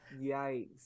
Yikes